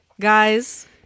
guys